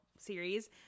series